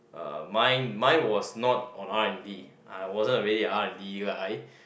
uh mine mine was not on R_N_D I wasn't a really R_N_D guy